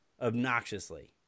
obnoxiously